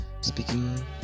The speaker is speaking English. speaking